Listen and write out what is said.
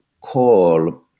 call